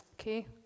Okay